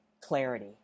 clarity